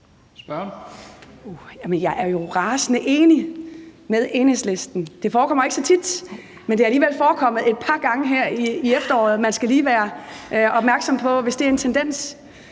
Jeg er jo rasende enig med Enhedslisten. Det forekommer ikke så tit, men det er alligevel forekommet et par gange her i efteråret – man skal lige være opmærksom på det, hvis det er en tendens.